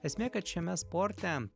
esmė kad šiame sporte